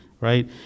right